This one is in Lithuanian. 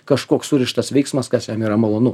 kažkoks surištas veiksmas kas jam yra malonu